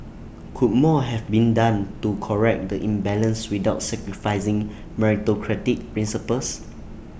could more have been done to correct the imbalance without sacrificing meritocratic principles